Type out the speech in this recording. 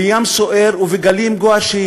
בים סוער ובגלים גועשים,